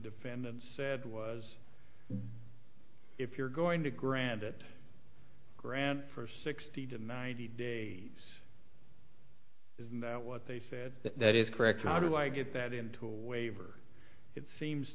defendants said was if you're going to grant it grant for sixty to ninety days isn't that what they said that is correct how do i get that into a waiver it seems